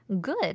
good